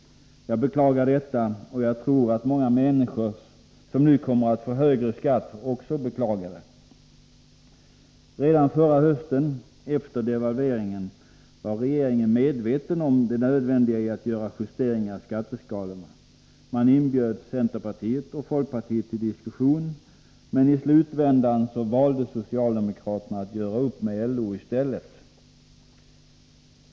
Jag beklagar detta, och jag tror att många människor som nu kommer att få högre skatt också beklagar det. Redan förra hösten, efter devalveringen, var regeringen medveten om det nödvändiga i att göra justeringar i skatteskalorna. Man inbjöd centerpartiet och folkpartiet till diskussion, men i slutvändan valde socialdemokraterna att göra upp med LO i stället.